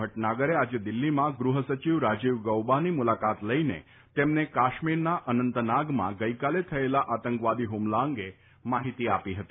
ભટનાગરે આજે દિલ્હીમાં ગૃહસચિવ રાજીવ ગૌબાની મુલાકાત લઇને તેમને કાશ્મીરના અનંતનાગમાં ગઇકાલે થયેલા આતંકવાદી હુમલા અંગે માહિતી આપી હતી